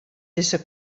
dizze